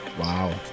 Wow